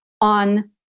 on